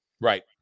Right